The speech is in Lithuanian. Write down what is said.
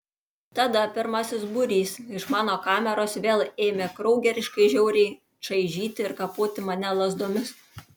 tada pirmasis būrys iš mano kameros vėl ėmė kraugeriškai žiauriai čaižyti ir kapoti mane lazdomis